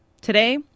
Today